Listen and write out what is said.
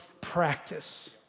practice